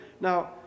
Now